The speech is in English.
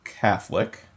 Catholic